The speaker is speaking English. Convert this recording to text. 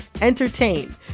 entertain